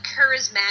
charismatic